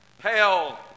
hell